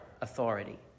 authority